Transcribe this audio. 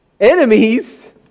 enemies